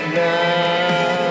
now